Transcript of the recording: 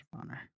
honor